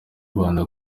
rwanda